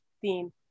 theme